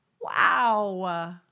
wow